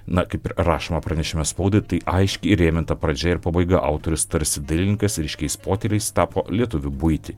na kaip ir rašoma pranešime spaudai tai aiškiai įrėminta pradžia ir pabaiga autorius tarsi dailininkas ryškiais potėpiais tapo lietuvių buitį